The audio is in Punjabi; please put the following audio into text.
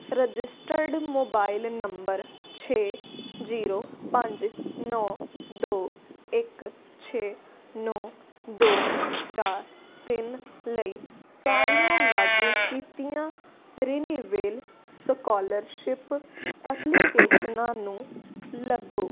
ਰਜਿਸਟਰਡ ਮੋਬਾਈਲ ਨੰਬਰ ਛੇ ਜੀਰੋ ਪੰਜ ਨੌਂ ਦੋ ਇੱਕ ਛੇ ਨੌਂ ਦੋ ਚਾਰ ਤਿੰਨ ਲਈ ਸਾਰੀਆਂ ਲਾਗੂ ਕੀਤੀਆਂ ਰਿਨਿਵੇਲ ਸਕਾਲਰਸ਼ਿਪ ਐਪਲੀਕੇਸ਼ਨਾਂ ਨੂੰ ਲੱਭੋ